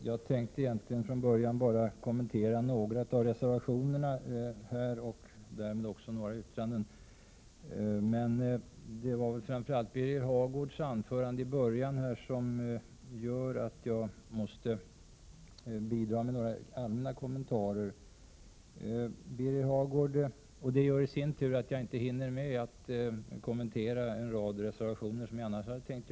Herr talman! Jag hade bara tänkt kommentera några av reservationerna och därmed också några yttranden, men framför allt Birger Hagårds anförande föranleder mig att också bidra med några mer allmänna kommentarer. Detta leder till att jag inte hinner kommentera en rad reservationer, vilket jag annars hade tänkt.